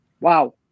Wow